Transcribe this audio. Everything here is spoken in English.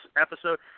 episode –